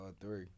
three